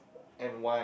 and why